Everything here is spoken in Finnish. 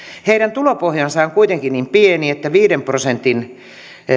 heidän tulopohjansa on kuitenkin niin pieni että viiden prosentin